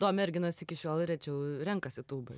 to merginos iki šiol ir rečiau renkasi tūbą